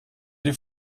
die